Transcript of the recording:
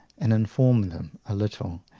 and inform them a little,